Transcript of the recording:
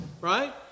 right